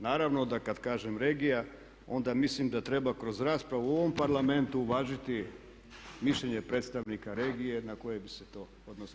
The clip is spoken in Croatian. Naravno da kad kažem regija onda mislim da treba kroz raspravu u ovom Parlamentu uvažiti mišljenje predstavnika regije na koje bi se to odnosilo.